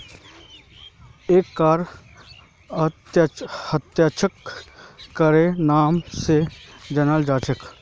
एक कर अप्रत्यक्ष करेर नाम स जानाल जा छेक